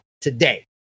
today